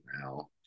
now